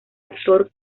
actor